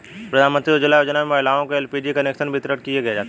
प्रधानमंत्री उज्ज्वला योजना में महिलाओं को एल.पी.जी कनेक्शन वितरित किये जाते है